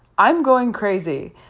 i'm going crazy.